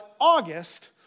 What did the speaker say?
August